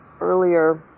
earlier